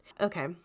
Okay